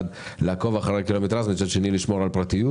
לעקוב אחרי הקילומטראז' ומצד שני לשמור על הפרטיות.